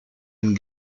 une